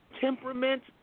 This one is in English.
temperament